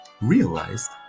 realized